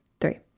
three